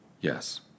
Yes